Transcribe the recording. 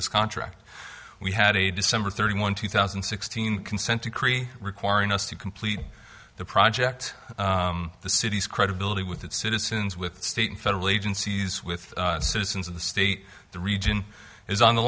this contract we had a december thirty one two thousand and sixteen consent decree requiring us to complete the project the city's credibility with its citizens with state and federal agencies with citizens of the state the region is on the